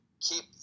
keep